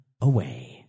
away